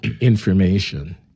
information